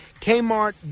Kmart